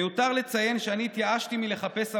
מיותר לציין שאני התייאשתי מלחפש עבודה.